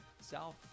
South